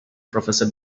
professor